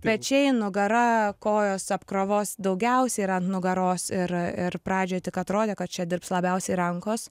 pečiai nugara kojos apkrovos daugiausia yra ant nugaros ir ir pradžioj tik atrodė kad čia dirbs labiausiai rankos